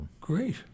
Great